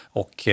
och